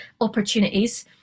opportunities